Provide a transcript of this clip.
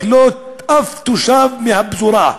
לקלוט אף תושב מהפזורה,